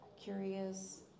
curious